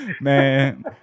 Man